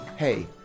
Hey